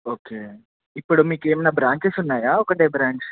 okay ఇప్పుడు మీకు ఏమైనా బ్రాంచెస్ ఉన్నాయా ఒకటే బ్రాంచ్